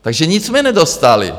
Takže nic jsme nedostali.